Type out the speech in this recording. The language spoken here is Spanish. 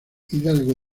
hidalgo